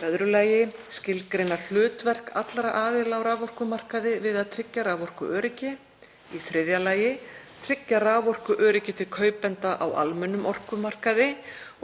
2. Skilgreina hlutverk allra aðila á raforkumarkaði við að tryggja raforkuöryggi. 3. Tryggja raforkuöryggi til kaupenda á almennum orkumarkaði